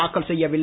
தாக்கல் செய்யவில்லை